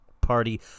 party